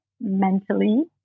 mentally